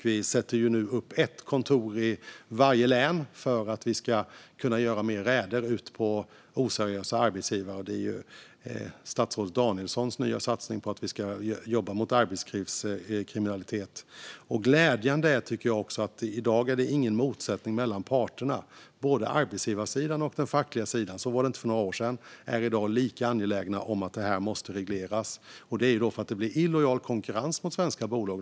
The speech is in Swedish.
Vi inrättar nu ett kontor i varje län för att vi ska kunna göra fler räder mot oseriösa arbetsgivare. Det ingår i statsrådet Danielssons nya satsning på att jobba mot arbetslivskriminalitet. Glädjande är, tycker jag också, att det i dag inte råder någon motsättning mellan parterna. Så var det inte för några år sedan. Arbetsgivarsidan och den fackliga sidan är i dag lika angelägna om att det här måste regleras, eftersom det blir illojal konkurrens mot svenska bolag.